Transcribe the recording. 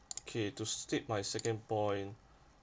okay to state my second point